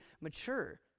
mature